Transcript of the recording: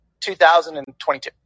2022